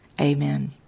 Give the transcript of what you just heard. Amen